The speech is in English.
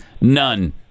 None